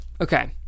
Okay